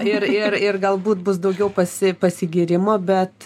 ir ir ir galbūt bus daugiau pasi pasigyrimo bet